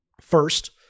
First